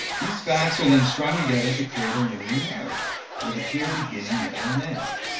these facts are then strung together to create a linear narrative with a clear beginning, middle, and end.